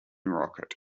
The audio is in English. rocket